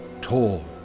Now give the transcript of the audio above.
tall